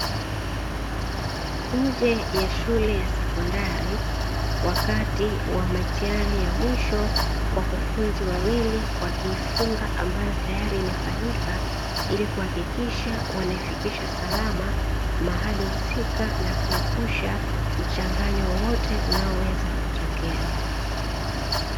Nje ya shule ya sekondari, wakati wa mitihani ya mwisho wakufunzi wawili wakiifunga ambayo tayari imefanyika ili kuhakikisha wanaifikisha salama, mahali husika na kuepusha mchanganyo wowote unaoweza kutokea.